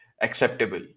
acceptable